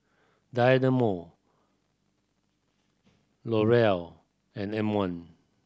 Dynamo L'Oreal and M One